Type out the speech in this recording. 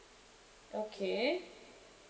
okay